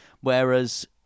Whereas